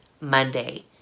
Monday